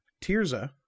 Tirza